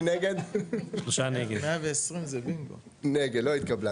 3 נמנעים, 0 הרביזיה לא התקבלה.